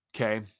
Okay